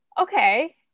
okay